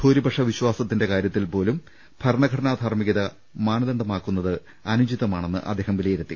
ഭൂരിപക്ഷ വിശ്വാസത്തിന്റെ കാര്യത്തിൽ പോലും ഭരണഘടനാ ധാർമ്മികത മാനദണ്ഡമാകുന്നത് അനു ചിതമാണെന്ന് അദ്ദേഹം വിലയിരുത്തി